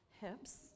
hips